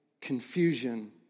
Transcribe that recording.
confusion